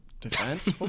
defense